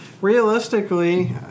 realistically